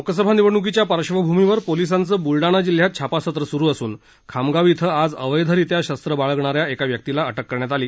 लोकसभा निवडणुकीच्या पार्श्वभूमीवर पोलिसांचं बुलडाणा जिल्ह्यात छापासत्रं सुरु असुन खामगाव शिं आज अवैधरित्या शरत्र बाळगणा या एका व्यक्तीला अटक करण्यात आलं